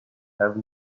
have